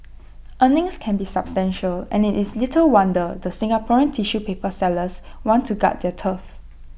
earnings can be substantial and IT is little wonder the Singaporean tissue paper sellers want to guard their turf